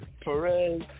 Perez